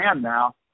now